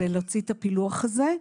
ולהוציא את הפילוח הזה.